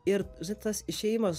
ir žinai tas išėjimas